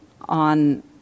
on